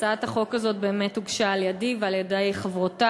הצעת החוק הזאת באמת הוגשה על-ידִי ועל-ידי חברותי